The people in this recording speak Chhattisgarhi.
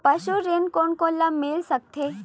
पशु ऋण कोन कोन ल मिल सकथे?